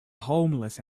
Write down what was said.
homeless